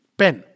pen